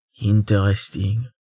Interesting